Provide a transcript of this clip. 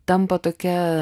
tampa tokia